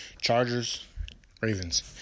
Chargers-Ravens